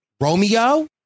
Romeo